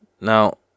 Now